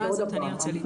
עוד הפעם,